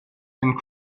and